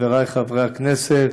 חברי חברי הכנסת,